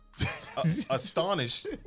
Astonished